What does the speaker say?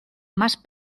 más